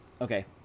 Okay